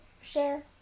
share